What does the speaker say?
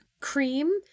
cream